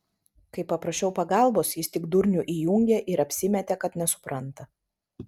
kai paprašiau pagalbos jis tik durnių įjungė ir apsimetė kad nesupranta